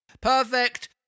perfect